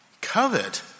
Covet